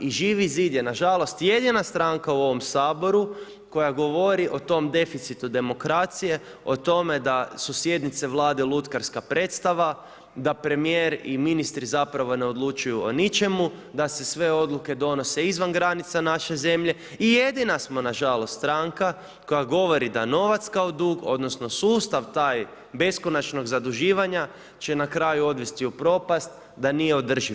I Živi zid je nažalost jedina stranka u ovom Saboru koja govori o tom deficitu demokracije, tome da su sjednice Vlade lutkarska predstava, da premijer i ministri zapravo ne odlučuju o ničemu, da se sve odluke donose izvan granica naše zemlje i jedina smo nažalost stranka koja govori da novac kao dug odnosno sustav taj beskonačnog zaduživanja će na kraju dovesti u propast, da nije održiv.